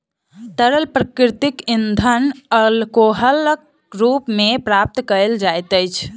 तरल प्राकृतिक इंधन अल्कोहलक रूप मे प्राप्त कयल जाइत अछि